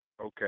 okay